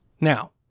Now